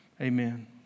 Amen